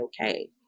okay